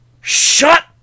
Shut